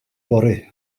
fory